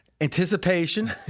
Anticipation